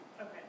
Okay